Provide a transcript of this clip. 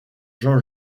jean